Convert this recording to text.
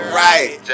right